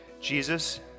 Jesus